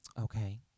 Okay